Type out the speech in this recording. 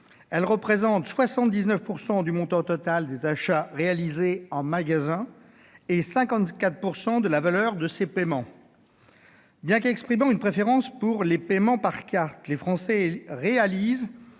Elles représentent 79 % du nombre total des achats réalisés en magasin et 54 % de la valeur de ces paiements. Bien qu'exprimant une préférence pour les paiements par carte, les Français réalisent